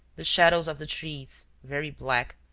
the shadows of the trees, very black,